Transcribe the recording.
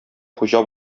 хуҗа